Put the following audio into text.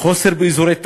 חוסר באזורי תעשייה,